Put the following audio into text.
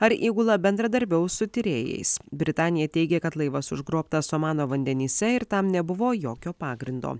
ar įgula bendradarbiaus su tyrėjais britanija teigia kad laivas užgrobtas omano vandenyse ir tam nebuvo jokio pagrindo